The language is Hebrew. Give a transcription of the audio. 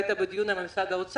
היית בדיון עם משרד האוצר,